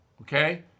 Okay